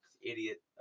idiot